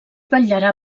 vetllarà